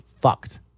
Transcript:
fucked